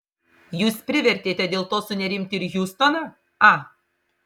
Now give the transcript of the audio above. jūs privertėte dėl to sunerimti ir hjustoną a